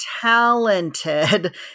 talented